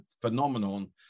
phenomenon